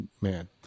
man